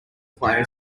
player